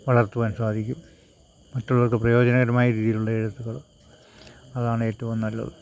വളർത്തുവാൻ സാധിക്കും മറ്റുള്ളവർക്ക് പ്രായോജനകരമായ രീതിയിലുള്ള എഴുത്തുകളും അതാണ് ഏറ്റവും നല്ലത്